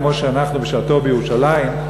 כמו שאנחנו בשעתו בירושלים,